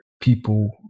people